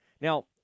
Now